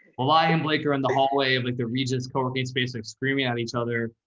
um i am blaker on the hallway of like the regions co-working space, like screaming at each other.